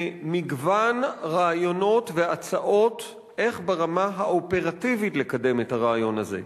למגוון רעיונות והצעות איך ברמה האופרטיבית לקדם את הרעיון הזה.